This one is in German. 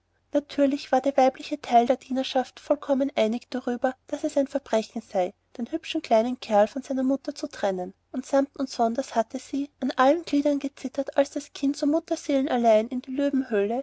natürlich war der weibliche teil der dienerschaft vollkommen einig darüber daß es ein verbrechen sei den hübschen kleinen kerl von seiner mutter zu trennen und samt und sonders hatten sie an allen gliedern gezittert als das kind so mutterseelenallein in die löwenhöhle